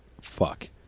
fuck